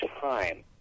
time